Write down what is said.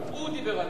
הוא דיבר על הרשת.